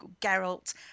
Geralt